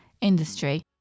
industry